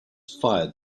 fired